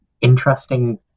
interesting